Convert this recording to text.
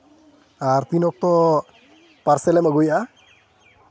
ᱟᱨ ᱛᱤᱱ ᱚᱠᱛᱚ ᱯᱟᱨᱥᱮᱞ ᱮᱢ ᱟᱹᱜᱩᱭᱮᱟ